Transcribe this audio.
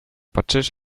butchers